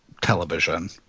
television